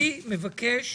אני מבקש